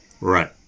Right